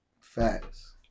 Facts